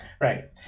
Right